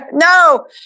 No